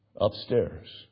upstairs